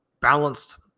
balanced